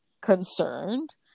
concerned